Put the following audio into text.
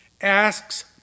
Asks